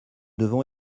devons